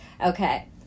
Okay